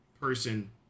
person